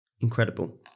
incredible